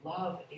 Love